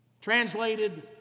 translated